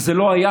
וזה לא היה.